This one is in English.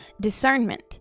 discernment